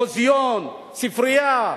מוזיאון, ספרייה,